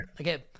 Okay